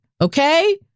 okay